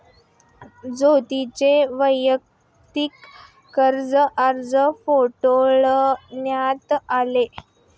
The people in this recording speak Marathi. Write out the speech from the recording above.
ज्योतीचा वैयक्तिक कर्ज अर्ज फेटाळण्यात आला